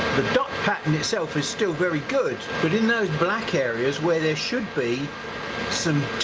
the dot pattern itself is still very good but in those black areas where there should be some